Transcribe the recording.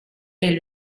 est